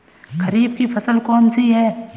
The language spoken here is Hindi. खरीफ की फसल कौन सी है?